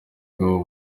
bagabo